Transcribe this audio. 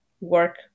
work